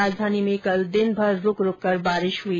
राजधानी में भी कल दिनभर रूक रूककर बारिश हुई